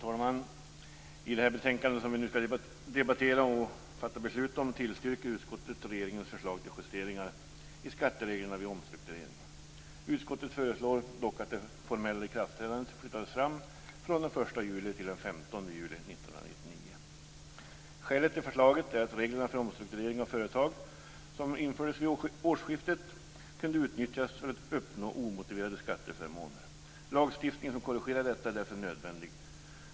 Fru talman! I det betänkande som vi nu skall debattera och fatta beslut om tillstyrker utskottet regeringens förslag till justeringar av skattereglerna vid omstrukturering. Utskottet föreslår dock att det formella ikraftträdandet flyttas fram från den 1 juli till den 15 juli 1999. Skälet till förslaget är att reglerna för omstrukturering av företag som infördes vid årsskiftet kunde utnyttjas för att uppnå omotiverade skatteförmåner. Lagstiftning som korrigerar detta är därför nödvändig.